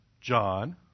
John